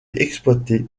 exploitée